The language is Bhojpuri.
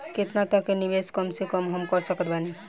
केतना तक के निवेश कम से कम मे हम कर सकत बानी?